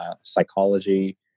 psychology